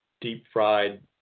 deep-fried